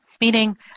Meaning